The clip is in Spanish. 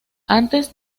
antes